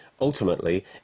Ultimately